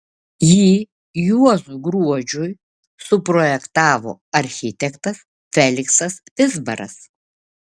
jį juozui gruodžiui suprojektavo architektas feliksas vizbaras